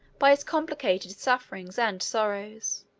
by his complicated sufferings and sorrows.